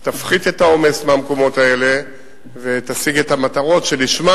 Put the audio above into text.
ההפעלה תפחית את העומס במקומות האלה ותשיג את המטרות שלשמן